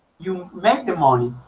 you make the money.